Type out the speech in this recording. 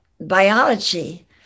biology